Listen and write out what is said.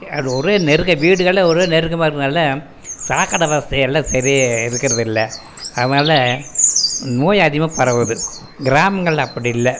அது ஒரே நெருக்கமா வீடுகளே ஒரே நெருக்கமாக இருக்கிறனால சாக்கடை வசதியெல்லாம் சரியாக இருக்கறதில்லை அதனால் நோய் அதிகமாக பரவுது கிராமங்களில் அப்படி இல்லை